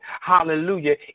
Hallelujah